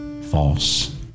false